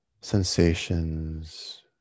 sensations